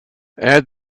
add